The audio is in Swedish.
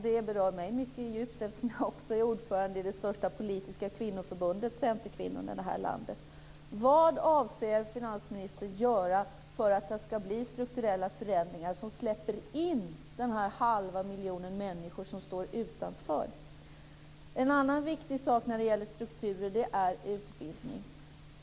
Det berör mig mycket djupt eftersom jag också är ordförande i det största politiska kvinnoförbundet, Centerkvinnorna, i det här landet. Vad avser finansministern göra för att det skall bli strukturella förändringar som släpper in den halva miljonen människor som står utanför? En annan viktig sak när det gäller strukturer är utbildning.